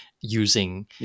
using